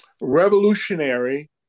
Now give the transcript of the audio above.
revolutionary